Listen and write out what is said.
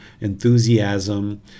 enthusiasm